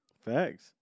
Facts